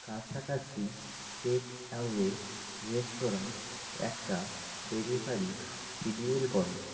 কাছাকাছি take away রেস্তোরাঁ একটা ডেলিভারি শিডিউল করো